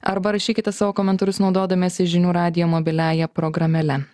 arba rašykite savo komentarus naudodamiesi žinių radijo mobiliąja programėle